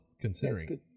considering